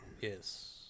Yes